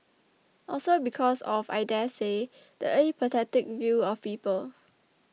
also because of I daresay the apathetic view of people